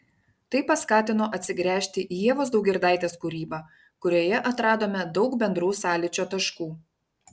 tai paskatino atsigręžti į ievos daugirdaitės kūrybą kurioje atradome daug bendrų sąlyčio taškų